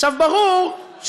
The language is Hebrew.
עכשיו, ברור שאני,